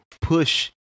push